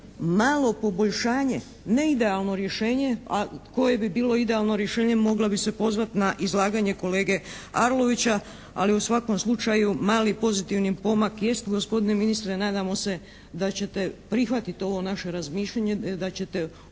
malo poboljšanje, ne idealno rješenje, a koje bi bilo idealno rješenje mogla bih se pozvati na izlaganje kolege Arlovića, ali u svakom slučaju mali pozitivni pomak jest gospodine ministre, nadamo se da ćete prihvatiti ovo naše razmišljanje, da ćete u tom